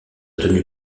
tenue